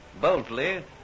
Boldly